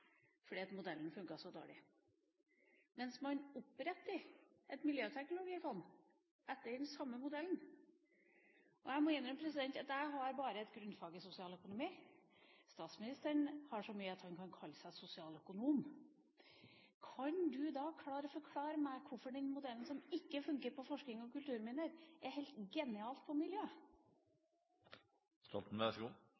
fordi modellen har funket så dårlig, mens man oppretter et miljøteknologifond etter den samme modellen. Jeg må innrømme at jeg bare har et grunnfag i sosialøkonomi, statsministeren har så mye at han kan kalle seg sosialøkonom. Kan han da klare å forklare meg hvorfor den modellen som ikke funker på forskning og kulturminner, er helt genial for miljø?